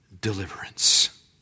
deliverance